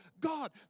God